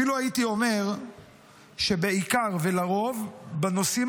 אפילו הייתי אומר שבעיקר ולרוב בנושאים